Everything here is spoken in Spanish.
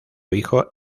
hijo